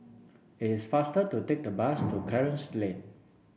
it's faster to take the bus to Clarence Lane